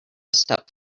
step